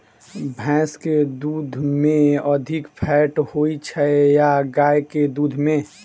भैंस केँ दुध मे अधिक फैट होइ छैय या गाय केँ दुध में?